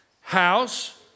house